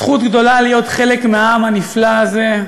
זכות גדולה להיות חלק מהעם הנפלא הזה,